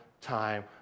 time